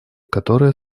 которая